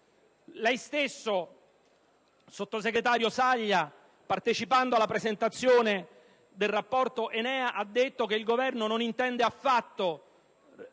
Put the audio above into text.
Lei stesso, signor sottosegretario Saglia, partecipando alla presentazione del Rapporto ENEA ha detto che il Governo non intende affatto